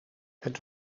het